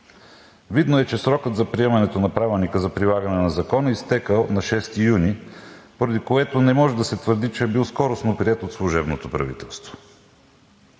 Видно е, че срокът за приемането на Правилника за прилагане на закона е изтекъл на 6 юни, поради което не може да се твърди, че е бил скоростно приет от служебното правителство.